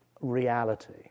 reality